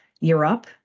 Europe